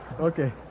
okay